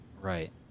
right